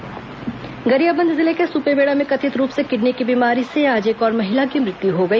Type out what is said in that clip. सुपेबेड़ा मौत गरियाबंद जिले के सुपेबेड़ा में कथित रूप से किडनी की बीमारी से आज एक और महिला की मृत्यु हो गई